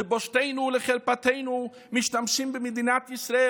לבושתנו ולחרפתנו משתמשים במדינת ישראל